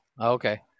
okay